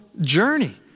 journey